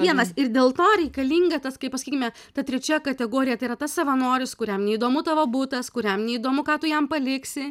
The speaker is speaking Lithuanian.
vienas ir dėl to reikalinga tas kaip pasakykime ta trečia kategorija tai yra tas savanoris kuriam neįdomu tavo butas kuriam neįdomu ką tu jam paliksi